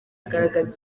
agaragaza